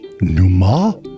numa